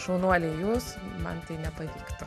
šaunuoliai jūs man tai nepatiktų